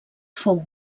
fou